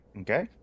Okay